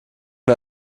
wir